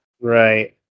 right